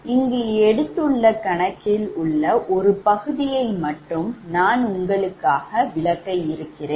இங்கு எடுத்துள்ள கணக்கில் உள்ள ஒரு பகுதியை மட்டும் நான் உங்களுக்காக விளக்க இருக்கிறேன்